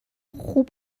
خوب